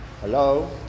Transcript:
Hello